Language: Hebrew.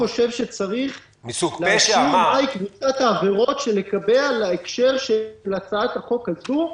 אני חושב שצריך להגדיר מהי קבוצת העבירות שנקבע להקשר של הצעת החוק הזו.